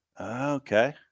Okay